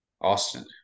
Austin